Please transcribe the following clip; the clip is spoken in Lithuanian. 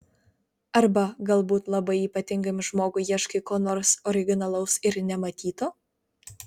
arba galbūt labai ypatingam žmogui ieškai ko nors originalaus ir nematyto